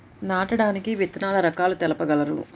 నాటడానికి విత్తన రకాలు తెలుపగలరు?